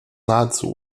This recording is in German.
nahezu